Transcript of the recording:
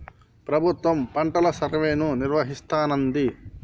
ప్రభుత్వం పంటల సర్వేను నిర్వహిస్తానంది